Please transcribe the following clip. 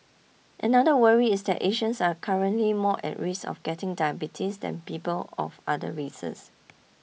another worry is that Asians are currently more at risk of getting diabetes than people of other races